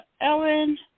ellen